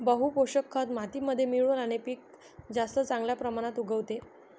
बहू पोषक खत मातीमध्ये मिळवल्याने पीक जास्त चांगल्या प्रमाणात उगवते